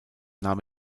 nahm